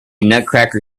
nutcracker